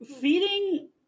feeding